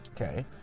Okay